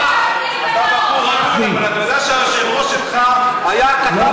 אבל אתה יודע שהיושב-ראש שלך היה כתב